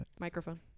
Microphone